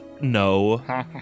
No